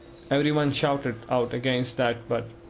every one shouted out against that but,